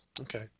Okay